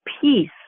peace